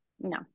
no